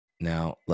Now